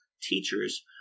teachers